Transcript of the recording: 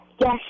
Yes